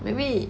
maybe